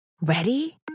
Ready